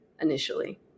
initially